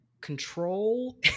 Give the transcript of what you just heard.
control